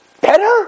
better